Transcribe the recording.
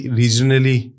regionally